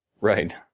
Right